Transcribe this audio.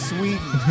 Sweden